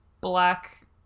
black